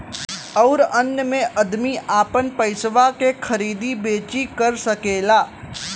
अउर अन्य मे अदमी आपन पइसवा के खरीदी बेची कर सकेला